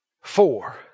Four